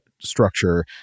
Structure